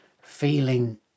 feeling